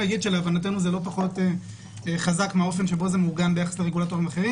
להנבתנו זה לא פחות חזק מהאופן שבו זה מעוגן ביחס לרגולטורים אחרים